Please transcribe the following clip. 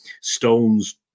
Stones